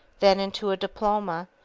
then into a diploma,